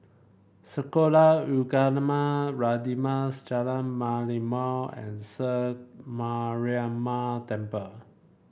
Sekolah Ugama Radin Mas Jalan Merlimau and Sri Mariamman Temple